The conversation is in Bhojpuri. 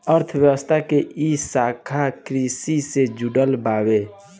अर्थशास्त्र के इ शाखा कृषि से जुड़ल बावे